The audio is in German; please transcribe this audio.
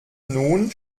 nun